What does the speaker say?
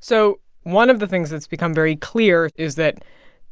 so one of the things that's become very clear is that